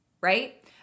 right